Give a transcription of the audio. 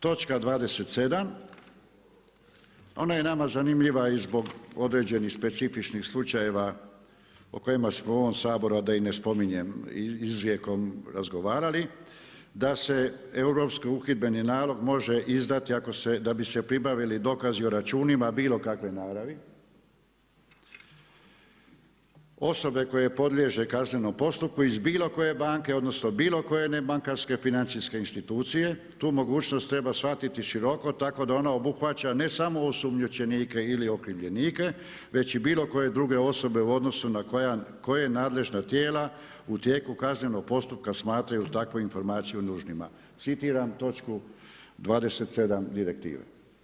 Točka 27. ona je nama zanimljiva i zbog određenih specifičnih slučajeva o kojima smo u ovom Saboru a da i ne spominjem, izrijekom razgovarali, da se „Europski uhidbeni nalog može izdati da bi se pribavili dokazi o računima bilo kakve naravi, osobe koje podliježe kaznenom postupku iz bilo koje banke, odnosno nebankarske financijske institucije, tu mogućnost treba shvatiti široko, tako da ona obuhvaća ne samo osumnjičenike ili okrivljenike, već i bilo koje druge osobe u odnosu na koje nadležna tijela u tijeku kaznenog postupka smatraju takvu informaciju nužnima.“ Citiram točku 27. direktive.